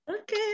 okay